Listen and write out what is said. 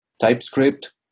TypeScript